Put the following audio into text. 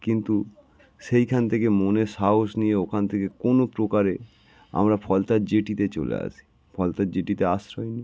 কিন্তু সেইখান থেকে মনের সাহস নিয়ে ওখান থেকে কোনো প্রকারে আমরা ফলতার জেটিতে চলে আসি ফলতার জেটিতে আশ্রয় নি